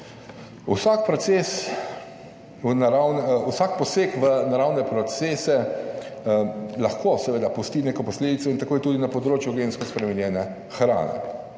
vsak poseg v naravne procese lahko seveda pusti neko posledico in tako je tudi na področju gensko spremenjene hrane.